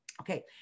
Okay